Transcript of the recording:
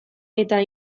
eta